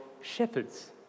shepherds